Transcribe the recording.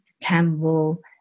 Campbell